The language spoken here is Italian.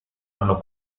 anno